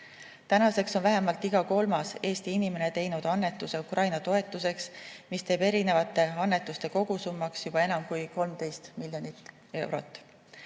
Tänaseks on vähemalt iga kolmas Eesti inimene teinud annetuse Ukraina toetuseks, mis teeb erinevate annetuste kogusummaks juba enam kui 13 miljonit eurot.